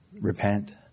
repent